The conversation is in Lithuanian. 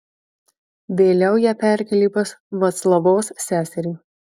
vėliau ją perkėlė pas vaclavos seserį